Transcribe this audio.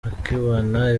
akibona